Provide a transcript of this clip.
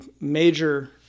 major